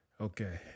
okay